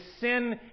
sin